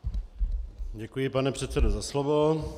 Děkuji, pane předsedo, za slovo.